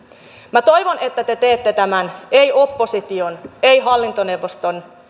minä toivon että te teette tämän ei oppositiota ei hallintoneuvostoa